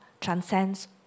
transcends